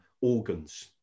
organs